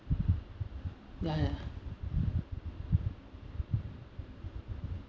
ya ya